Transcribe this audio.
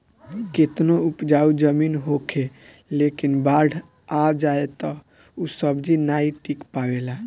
केतनो उपजाऊ जमीन होखे लेकिन बाढ़ आ जाए तअ ऊ सब्जी नाइ टिक पावेला